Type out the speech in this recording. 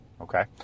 Okay